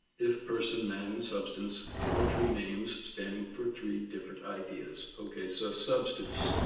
if person, man, and substance are three names standing for three different ideas. okay, so substance,